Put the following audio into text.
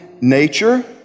nature